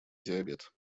диабет